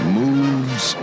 moves